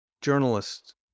journalists